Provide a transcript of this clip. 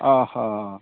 অঁ হ